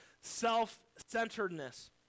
self-centeredness